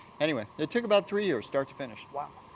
anyway, it took about three years start to finish. wow,